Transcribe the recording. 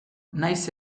nahiz